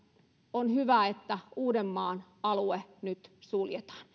on hyvä että uudenmaan alue nyt suljetaan